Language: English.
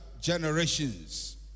generations